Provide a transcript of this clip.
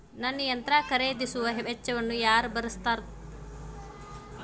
ನನ್ನ ಯಂತ್ರ ಖರೇದಿಸುವ ವೆಚ್ಚವನ್ನು ಯಾರ ಭರ್ಸತಾರ್?